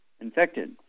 infected